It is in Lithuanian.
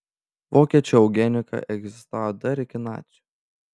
vokiečių eugenika egzistavo dar iki nacių